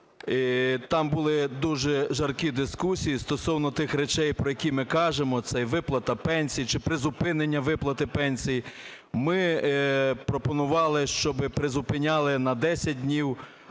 там були дуже жаркі дискусії стосовно тих речей, про які ми кажемо. Це і виплата пенсій, чи призупинення виплати пенсій. Ми пропонували, щоби призупиняли на 10 днів.